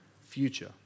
future